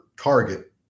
target